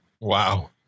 wow